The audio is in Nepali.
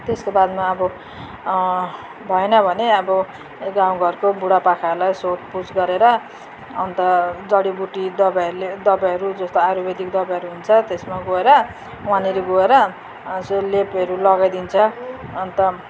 त्यसको बादमा अब भएन भने अब गाउँ घरको बुढापाखाहरूलाई सोधपुछ गरेर अन्त जडीबुटी दबईहरूले दबईहरू जस्तो आयुर्वेदिक दबईहरू हुन्छ त्यसमा गएर वँहानेरी गर जो लेपहरू लगाइदिन्छ अन्त